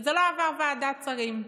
שזה לא עבר ועדת שרים.